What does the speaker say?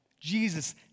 Jesus